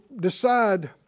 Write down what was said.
decide